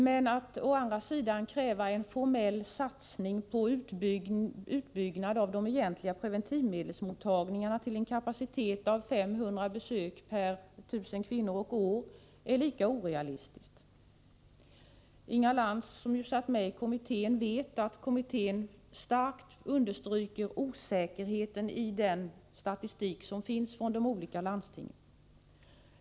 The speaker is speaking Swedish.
Men att å andra sidan kräva en formell satsning på utbyggnad av de egentliga preventivmedelsmottagningarna till en kapacitet av 500 besök per 1000 kvinnor och år är lika orealistiskt. Inga Lantz, som ju satt med i kommittén, vet att kommittén starkt understryker osäkerheten i den statistik som finns från de olika landstingen.